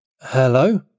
Hello